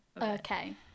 Okay